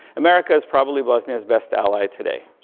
america is probably bosnia's best ally today.